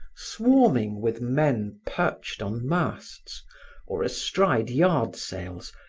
swarming with men perched on masts or astride yard sails,